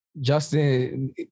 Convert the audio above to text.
justin